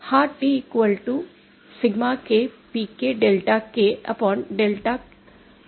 हा Tसिग्मा k Pk delta k delta असेल